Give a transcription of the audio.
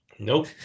Nope